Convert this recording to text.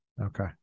okay